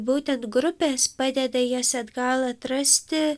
būtent grupės padeda jas atgal atrasti